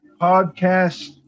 podcast